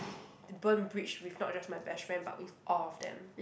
burn bridge with not just my best friend but with all of them